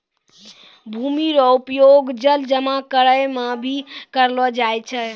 भूमि रो उपयोग जल जमा करै मे भी करलो जाय छै